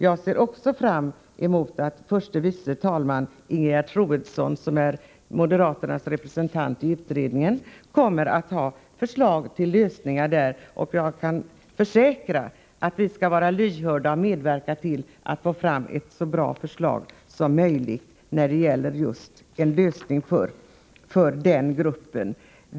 Jag ser fram emot att förste vice talman Ingegerd Troedsson, som är moderaternas representant i utredningen, kommer att ha förslag till lösningar. Jag kan försäkra att vi skall vara lyhörda och medverka till att få fram ett så bra förslag som möjligt när det gäller denna grupps problem.